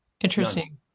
Interesting